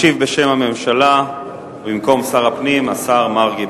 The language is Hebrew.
משיב בשם הממשלה, במקום שר הפנים, השר מרגי.